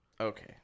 Okay